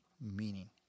meaning